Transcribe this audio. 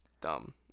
Dumb